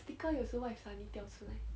sticker 有时会 suddenly 掉出来